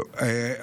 טוב,